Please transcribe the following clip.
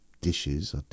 dishes